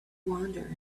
wander